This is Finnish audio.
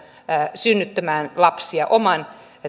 synnyttämään lapsia oman